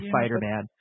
Spider-Man